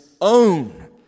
own